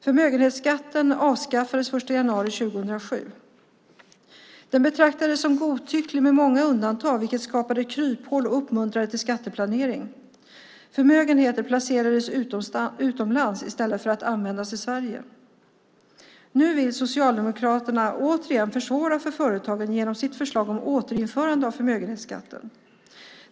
Förmögenhetsskatten avskaffades den 1 januari 2007. Den betraktades som godtycklig med många undantag, vilket skapade kryphål och uppmuntrade till skatteplanering. Förmögenheter placerades utomlands i stället för att användas i Sverige. Nu vill Socialdemokraterna återigen försvåra för företagen genom sitt förslag om återinförande av förmögenhetsskatten.